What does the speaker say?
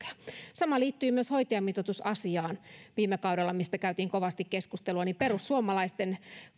sama liittyy myös hoitajamitoitusasiaan mistä viime kaudella käytiin kovasti keskustelua me perussuomalaisten